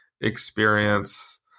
experience